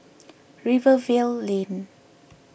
Rivervale Lane